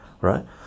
right